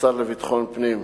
השר לביטחון פנים,